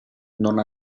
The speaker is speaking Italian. non